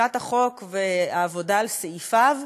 חקיקת החוק והעבודה על סעיפיו,